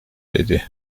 dedi